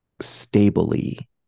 stably